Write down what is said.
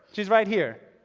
she's right here.